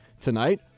Tonight